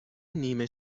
نیمه